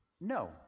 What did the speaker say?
No